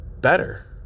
better